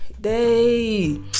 day